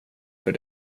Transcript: för